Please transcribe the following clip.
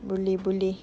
boleh boleh